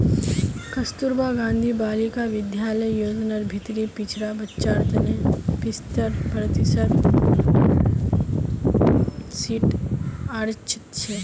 कस्तूरबा गांधी बालिका विद्यालय योजनार भीतरी पिछड़ा बच्चार तने पिछत्तर प्रतिशत सीट आरक्षित छे